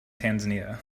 tanzania